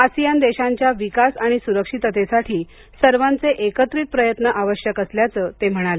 ASEAN देशांच्या विकास आणि सुरक्षिततेसाठी सर्वांचे एकत्रित प्रयत्न आवश्यक असल्याचं ते म्हणाले